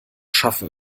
schaffe